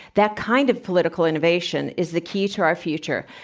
that kind of political innovation is the key to our future.